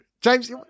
james